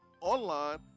online